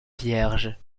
vierge